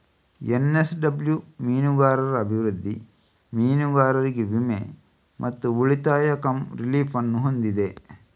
NSW ಮೀನುಗಾರರ ಅಭಿವೃದ್ಧಿ, ಮೀನುಗಾರರಿಗೆ ವಿಮೆ ಮತ್ತು ಉಳಿತಾಯ ಕಮ್ ರಿಲೀಫ್ ಅನ್ನು ಹೊಂದಿದೆ